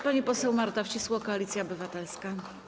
Pani poseł Marta Wcisło, Koalicja Obywatelska.